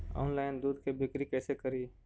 Online दुध के बिक्री कैसे करि?